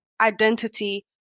identity